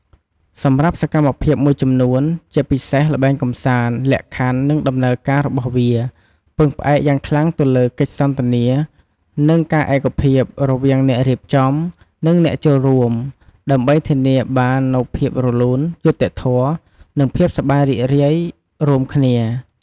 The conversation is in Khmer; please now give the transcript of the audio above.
សម្រាប់សកម្មភាពមួយចំនួន ជាពិសេសល្បែងកម្សាន្ត លក្ខខណ្ឌ និងដំណើរការរបស់វាពឹងផ្អែកយ៉ាងខ្លាំងទៅលើ កិច្ចសន្ទនា និងការឯកភាព រវាងអ្នករៀបចំ និងអ្នកចូលរួម ដើម្បីធានាបាននូវភាពរលូន យុត្តិធម៌ និងភាពសប្បាយរីករាយរួមគ្នា។